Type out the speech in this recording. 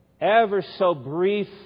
ever-so-brief